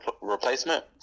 replacement